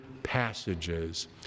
Passages